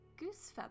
Goosefeather